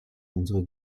unsere